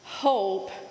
hope